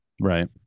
Right